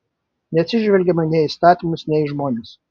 neatsižvelgiama nei į įstatymus nei į žmones